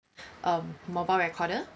um mobile recorder